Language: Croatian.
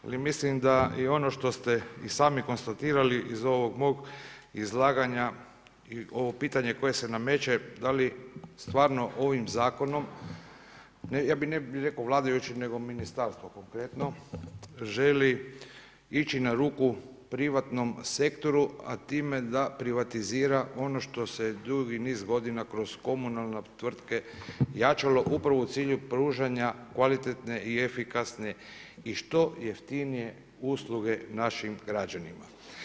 Ali mislim da i ono što ste i sami konstatirali iz ovog mog izlaganja i ovo pitanje koje se nameće, da li stvarno ovim zakonom, ne bih rekao vladajući nego ministarstvo konkretno želi ići na ruku privatnom sektoru, a time da privatizira ono što se dugi niz godina kroz komunalne tvrtke jačalo upravo u cilju pružanja kvalitetne i efikasne i što jeftinije usluge našim građanima.